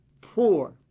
poor